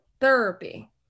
therapy